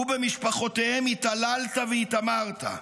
ובמשפחותיהם התעללת והתעמרת?